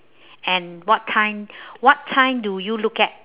and what time what time do you look at